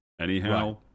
anyhow